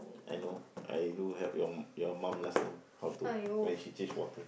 I know I go help your your mom last time how to when she change water